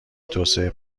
توسعه